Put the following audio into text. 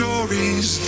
Stories